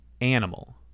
animal